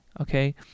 okay